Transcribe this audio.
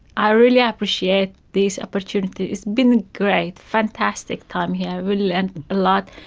i really appreciate this opportunity, it's been great, fantastic time here, i've really learned a lot,